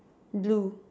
blue